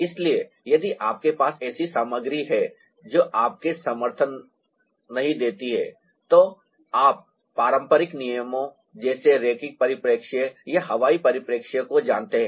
इसलिए यदि आपके पास ऐसी सामग्री है जो आपको समर्थन नहीं देती है तो आप पारंपरिक नियमों जैसे रैखिक परिप्रेक्ष्य या हवाई परिप्रेक्ष्य को जानते हैं